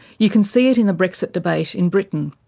you can see it in the brexit debate in britain,